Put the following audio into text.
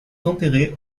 enterré